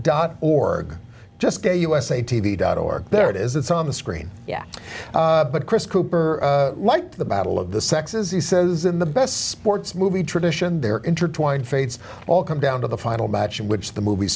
dot org just tell us a t v dot org there it is it's on the screen yeah but chris cooper like the battle of the sexes he says in the best sports movie tradition they're intertwined fades all come down to the final match in which the movie